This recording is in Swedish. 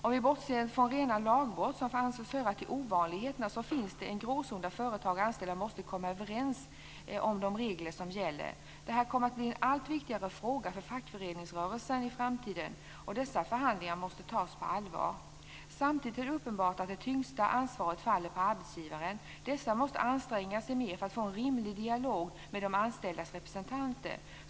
Om vi bortser från rena lagbrott, som får anses höra till ovanligheterna, finns det en gråzon där företag och anställda måste komma överens om de regler som gäller. Det här kommer att bli en allt viktigare fråga för fackföreningsrörelsen i framtiden, och dessa förhandlingar måste tas på allvar. Samtidigt är det uppenbart att det tyngsta ansvaret faller på arbetsgivarna. Dessa måste anstränga sig mer för att få en rimlig dialog med de anställdas representanter.